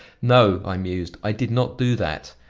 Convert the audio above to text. no, i mused, i did not do that.